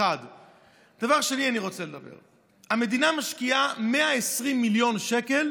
זה, 1. דבר שני, המדינה משקיעה 120 מיליון שקל